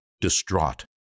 distraught